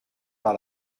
par